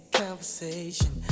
conversation